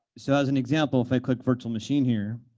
so as an example, if i click virtual machine here,